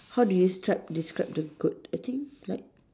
how do you stripe describe the goat I think like